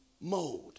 mode